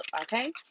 okay